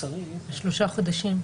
שלושה חודשים.